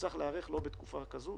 שצריך להיערך לא בתקופה כזו.